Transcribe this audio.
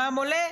המע"מ עולה?